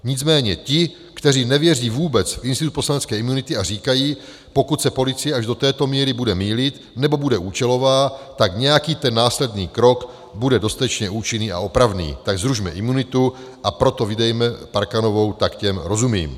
Nicméně ti, kteří nevěří vůbec v institut poslanecké imunity a říkají, pokud se policie až do této míry bude mýlit, anebo bude účelová, tak nějaký ten následný krok bude dostatečně účinný a opravný, tak zrušme imunitu, a proto vydejme Parkanovou, tak těm rozumím.